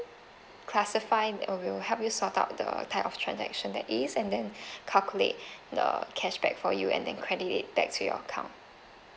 classify uh we will help you sort out the type of transaction there is and then calculate the cashback for you and then credit it back to your account